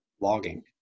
logging